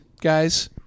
guys